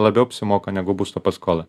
labiau apsimoka negu būsto paskola